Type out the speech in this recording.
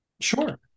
Sure